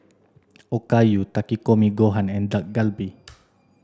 Okayu Takikomi Gohan and Dak Galbi